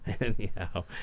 anyhow